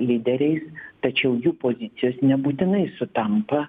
lyderiais tačiau jų pozicijos nebūtinai sutampa